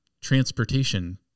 transportation